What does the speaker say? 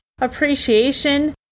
appreciation